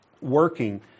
working